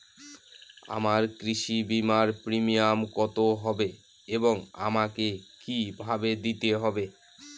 আমার কৃষি বিমার প্রিমিয়াম কত হবে এবং আমাকে কি ভাবে দিতে হবে?